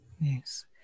Yes